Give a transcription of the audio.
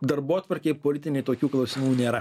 darbotvarkėj politinėj tokių klausimų nėra